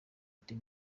des